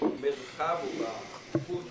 במרחב ובנוחות